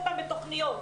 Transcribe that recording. מינימום.